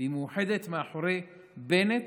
והיא מאוחדת מאחורי בנט